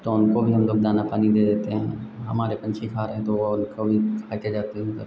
तो उनको भी हमलोग दाना पानी दे देते हैं हमारे पक्षी खा रहे हैं तो वह उनकाे भी खाकर जाते हैं उनका